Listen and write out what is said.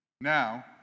Now